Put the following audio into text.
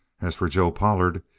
as for joe pollard,